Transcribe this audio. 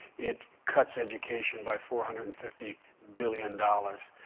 it cuts education by four hundred and fifty billion dollars.